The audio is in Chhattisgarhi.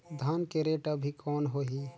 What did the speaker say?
धान के रेट अभी कौन होही?